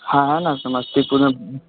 हाँ हाँ ना समस्तीपुर में